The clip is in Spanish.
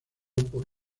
por